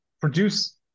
produce